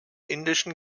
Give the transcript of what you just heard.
indischen